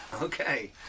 Okay